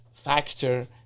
factor